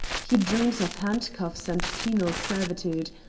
he dreams of handcuffs and penal servitude.